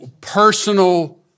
personal